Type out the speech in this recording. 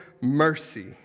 mercy